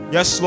Yes